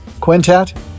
Quintet